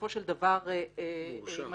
בסופו של דבר יורשע.